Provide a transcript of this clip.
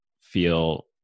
feel